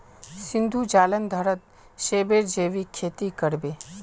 सिद्धू जालंधरत सेबेर जैविक खेती कर बे